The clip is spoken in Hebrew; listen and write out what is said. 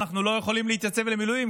אנחנו לא יכולים להתייצב למילואים,